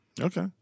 Okay